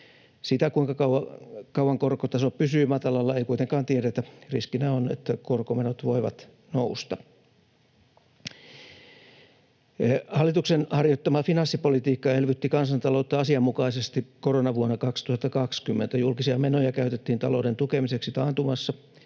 Sitä, kuinka kauan korkotaso pysyy matalalla, ei kuitenkaan tiedetä. Riskinä on, että korkomenot voivat nousta. Hallituksen harjoittama finanssipolitiikka elvytti kansantaloutta asianmukaisesti koronavuonna 2020. Julkisia menoja käytettiin talouden tukemiseksi taantumassa